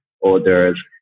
orders